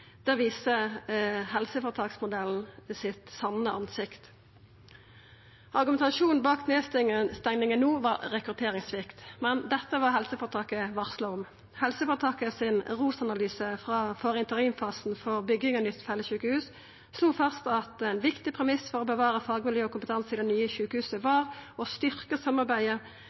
viser helseføretaksmodellen sitt sanne ansikt. Argumentasjonen bak nedstenginga no var rekrutteringssvikt, men dette var helseføretaket varsla om. Helseføretaket sin ROS-analyse for interimfasen for bygging av nytt felles sjukehus slo fast at ein viktig premiss for å bevara fagmiljø og kompetanse i det nye sjukehuset var å styrkja samarbeidet